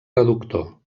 reductor